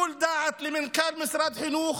למנכ"ל משרד החינוך.